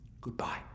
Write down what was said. Goodbye